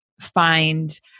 find